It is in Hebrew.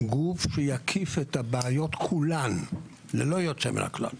גוף שיקיף את הבעיות כולן ללא יוצא מהכלל.